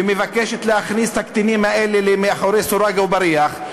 ומבקשת להכניס את הקטינים האלה מאחורי סורג ובריח.